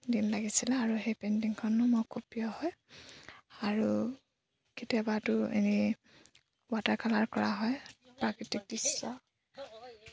দিন লাগিছিলে আৰু সেই পেইণ্টিংখনো মই খুব প্ৰিয় হয় আৰু কেতিয়াবাতো এনেই ৱাটাৰ কালাৰ কৰা হয় প্ৰাকৃতিক দৃশ্য